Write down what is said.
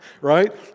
right